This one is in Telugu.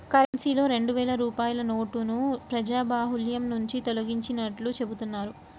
కరెన్సీలో రెండు వేల రూపాయల నోటుని ప్రజాబాహుల్యం నుంచి తొలగించినట్లు చెబుతున్నారు